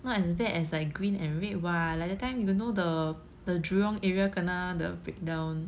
not as bad as like green and red what like that time you know the the jurong area kena the breakdown